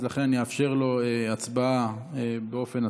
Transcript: לכן אני אאפשר לו הצבעה באופן עצמאי.